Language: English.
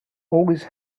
always